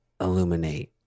illuminate